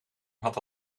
had